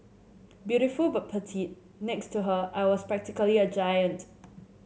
beautiful but petite next to her I was practically a giant